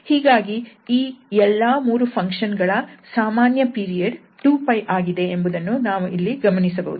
ಹೀಗಾಗಿ ಈ ಎಲ್ಲಾ ಮೂರು ಫಂಕ್ಷನ್ ಗಳ ಸಾಮಾನ್ಯ ಪೀರಿಯಡ್ 2𝜋 ಆಗಿದೆ ಎಂಬುದನ್ನು ನಾವು ಇಲ್ಲಿ ಗಮನಿಸಬಹುದು